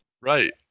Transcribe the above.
Right